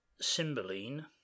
Cymbeline